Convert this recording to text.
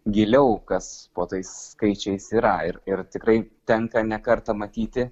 giliau kas po tais skaičiais yra ir ir tikrai tenka ne kartą matyti